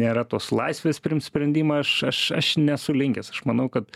nėra tos laisvės priimt sprendimą aš aš aš nesu linkęs aš manau kad